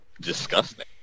disgusting